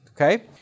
Okay